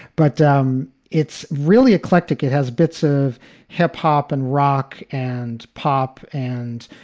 but um it's really eclectic. it has bits of hip hop and rock and pop and,